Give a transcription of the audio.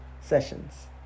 Sessions